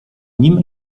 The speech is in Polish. nim